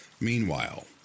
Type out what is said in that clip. Meanwhile